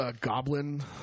Goblin